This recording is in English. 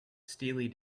steely